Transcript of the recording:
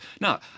Now